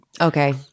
okay